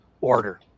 order